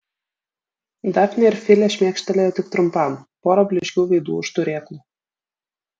dafnė ir filė šmėkštelėjo tik trumpam pora blyškių veidų už turėklų